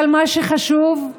אבל מה שחשוב הוא